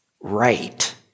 right